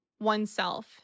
oneself